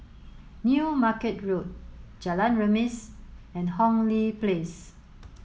new Market Road Jalan Remis and Hong Lee Place